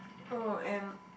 oh and